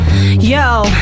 Yo